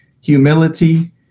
humility